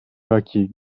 vakit